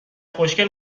خوشگل